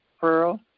Pearl